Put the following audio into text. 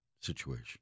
situation